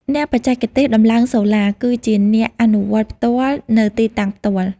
អ្នកបច្ចេកទេសដំឡើងសូឡា គឺជាអ្នកអនុវត្តផ្ទាល់នៅទីតាំងផ្ទាល់។